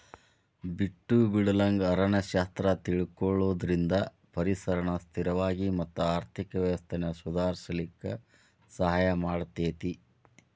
ಬಿಟ್ಟು ಬಿಡಲಂಗ ಅರಣ್ಯ ಶಾಸ್ತ್ರ ತಿಳಕೊಳುದ್ರಿಂದ ಪರಿಸರನ ಸ್ಥಿರವಾಗಿ ಮತ್ತ ಆರ್ಥಿಕ ವ್ಯವಸ್ಥೆನ ಸುಧಾರಿಸಲಿಕ ಸಹಾಯ ಮಾಡತೇತಿ